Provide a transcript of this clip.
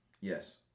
Yes